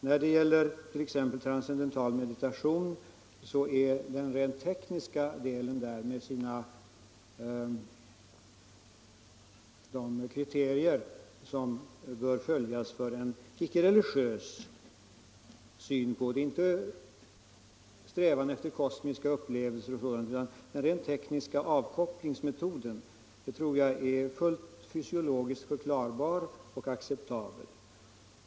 När det gäller t.ex. transcendental meditation, så är den rent tekniska delen med de kriterier som bör följas för en icke religiös syn på utövandet — alltså inte strävan efter kosmiska upplevelser utan den rent tekniska avkopplingsmetoden -— full fysiologiskt förklarbar och acceptabel.